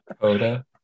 Oda